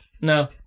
no